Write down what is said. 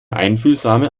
einfühlsame